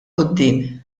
quddiem